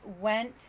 went